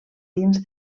dins